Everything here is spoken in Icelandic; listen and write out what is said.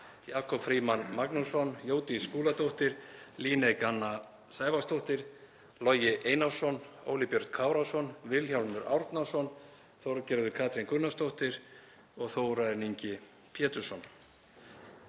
Jakob Frímann Magnússon, Jódís Skúladóttir, Líneik Anna Sævarsdóttir, Logi Einarsson, Óli Björn Kárason, Vilhjálmur Árnason, Þorgerður Katrín Gunnarsdóttir og Þórarinn Ingi Pétursson.